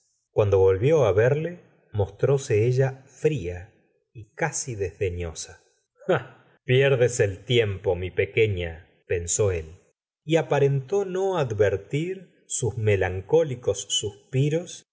cuando volvió á verle mostróse ella fría y casi desdeñosa ah pierdes el tiempo mi pequefia pensó él y aparentó no advertir sus melancólicos suspiros